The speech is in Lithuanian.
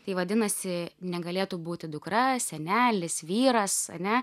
tai vadinasi negalėtų būti dukra senelis vyras ane